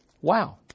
wow